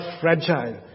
fragile